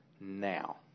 Now